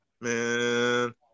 Man